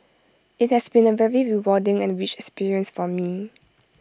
IT has been A very rewarding and rich experience for me